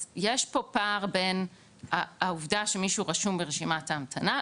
אז יש פה פער בין העובדה שמישהו רשום ברשימת ההמתנה,